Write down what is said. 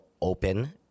open